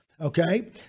Okay